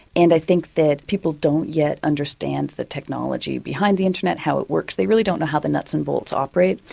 and i think that people don't yet understand the technology behind the internet, how it works, they really don't know how the nuts and bolts operate,